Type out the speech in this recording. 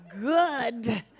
good